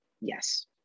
Yes